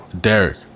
Derek